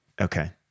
okay